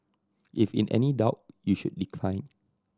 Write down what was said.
if in any doubt you should decline